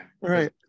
Right